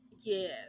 Yes